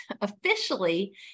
officially